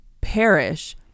perish